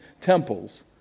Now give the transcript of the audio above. temples